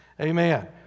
amen